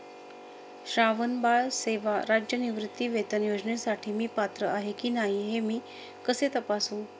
श्रावणबाळ सेवा राज्य निवृत्तीवेतन योजनेसाठी मी पात्र आहे की नाही हे मी कसे तपासू?